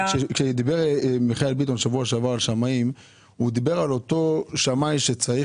כשדיבר מיכאל ביטון בשבוע שעבר על שמאים הוא דיבר על אותו שמאי שצריך